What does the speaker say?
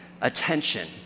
attention